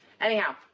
Anyhow